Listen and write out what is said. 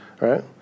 Right